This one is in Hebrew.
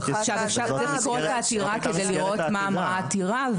צריך לקרוא את העתירה כדי לראות מה אמרה העתירה,